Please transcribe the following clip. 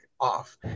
off